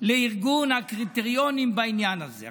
לארגון הקריטריונים בעניין הזה.